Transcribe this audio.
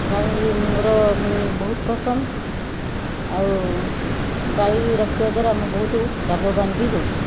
ଗାଈ ମୋର ବହୁତ ପସନ୍ଦ ଆଉ ଗାଈ ରଖିବା ଦ୍ଵାରା ମୁଁ ବହୁତ ଲାଭବାନ ବି ହେଇଛି